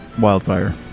wildfire